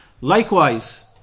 Likewise